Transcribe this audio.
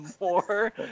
more